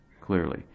clearly